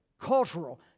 cultural